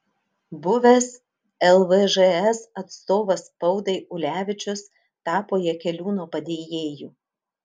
buvęs lvžs atstovas spaudai ulevičius tapo jakeliūno padėjėju